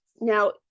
now